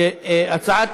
הצעת